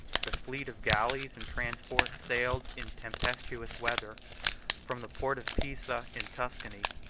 the fleet of galleys and transports sailed in tempestuous weather from the port of pisa, in tuscany,